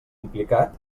implicat